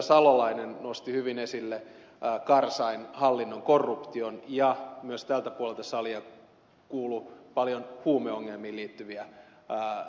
salolainen nosti hyvin esille karzain hallinnon korruption ja myös tältä puolelta salia kuului paljon huumeongelmiin liittyviä esimerkkejä